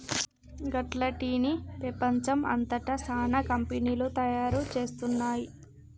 గట్ల టీ ని పెపంచం అంతట సానా కంపెనీలు తయారు చేస్తున్నాయి